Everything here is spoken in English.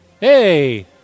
Hey